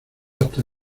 hasta